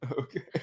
Okay